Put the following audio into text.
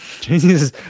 Jesus